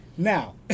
Now